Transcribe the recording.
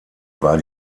war